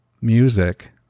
music